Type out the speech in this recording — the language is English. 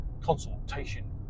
consultation